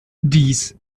dies